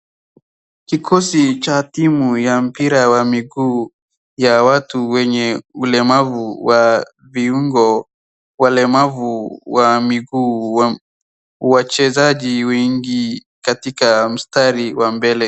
Kikosi cha timu ya mpira wa miguu ya watu wenye ulemavu wa viungo, walemavu wa miguu, wachezaji wengi katika mstari wa mbele.